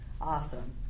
Awesome